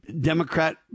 democrat